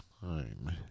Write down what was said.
time